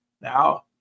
Now